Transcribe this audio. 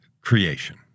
creation